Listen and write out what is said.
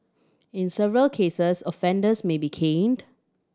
in severe cases offenders may be caned